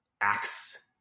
acts